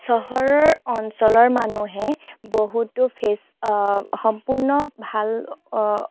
চহৰৰ অঞ্চলৰ মানুহে বহুতো ফেচ সম্পূৰ্ণ ভাল